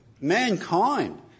Mankind